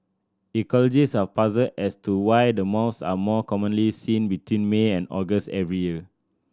ecologist are puzzled as to why the moths are more commonly seen between May and August every year